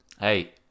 Hey